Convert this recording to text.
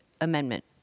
amendment